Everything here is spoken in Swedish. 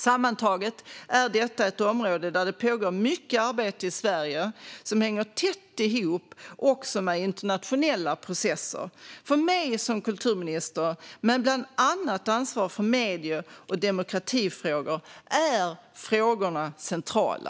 Sammantaget är detta ett område där det pågår mycket arbete i Sverige som också hänger tätt ihop med internationella processer. För mig som kulturminister med ansvar för bland annat medie och demokratifrågor är frågorna centrala.